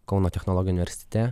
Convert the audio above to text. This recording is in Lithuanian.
kauno technologijų universitete